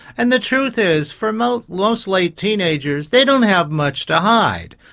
and the truth is for most most late teenagers they don't have much to hide,